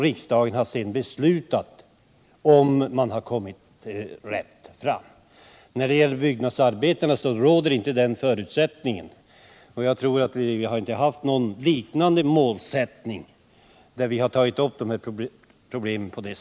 Riksdagen har sedan kontrollerat att man kommit till rätt resultat. När det gäller byggarbetarna råder inte den förutsättningen. Jag tror inte heller att det finns någon motsvarighet på andra områden.